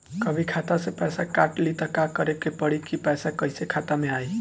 कभी खाता से पैसा काट लि त का करे के पड़ी कि पैसा कईसे खाता मे आई?